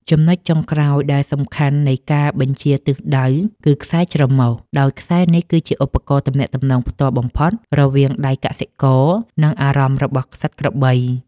ចំណុចចុងក្រោយដែលសំខាន់នៃការបញ្ជាទិសដៅ គឺខ្សែច្រមុះ ដោយខ្សែនេះគឺជាឧបករណ៍ទំនាក់ទំនងផ្ទាល់បំផុតរវាងដៃកសិករ និងអារម្មណ៍របស់សត្វក្របី។